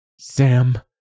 Sam